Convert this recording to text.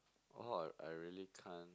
oh I really can't